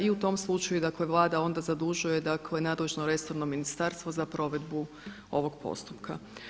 I u tom slučaju, dakle Vlada onda zadužuje, dakle nadležno resorno ministarstvo za provedbu ovog postupka.